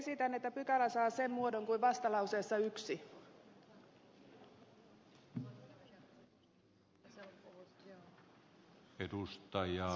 esitän että pykälä saa sen muodon kuin on vastalauseessa